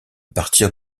partir